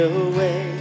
away